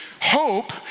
Hope